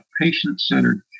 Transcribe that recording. patient-centered